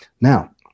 Now